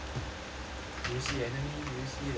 do you see enemy do you see the enemy